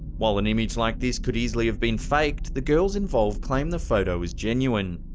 while an image like this could easily have been faked, the girls involved claim the photo was genuine.